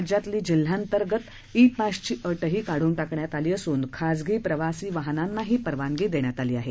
राज्यातली जिल्हांतर्गत ई पासची अटही काढून टाकण्यात आली असून खाजगी प्रवासी वाहनांनाही परवानगी देण्यात आली आहे